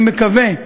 אני מקווה,